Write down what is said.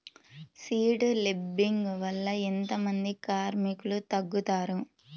Seed లేంబింగ్ వల్ల ఎంత మంది కార్మికులు తగ్గుతారు?